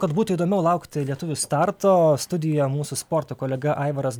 kad būtų įdomiau laukti lietuvių starto studijoje mūsų sporto kolega aivaras